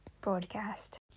broadcast